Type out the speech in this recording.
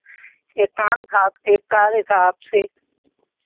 एक काम था आपसे एक कार्य था आपसे